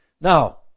Now